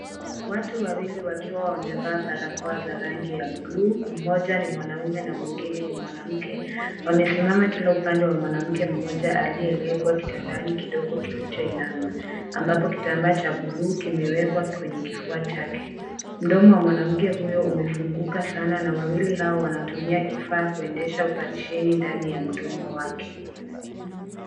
Watu wawili wakiwa wamevaa barakoa za rangi buluu, mmoja ni mwanaume na mwingine ni mwanamke. Wamesimama kila upande wa mwanamke mmoja aliyewekwa kitandani kidogo kilichoinama. Ambapo kitambaa cha buluu kimewekwa kwenye kifua chake. Mdomo wa mwanamke huyo umefunguka sana na wawili hawa wanatumia kifaa kuendeleza oparesheni ndani ya mdomo wake.